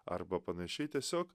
arba panašiai tiesiog